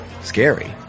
Scary